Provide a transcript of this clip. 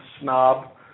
snob